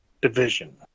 Division